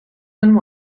than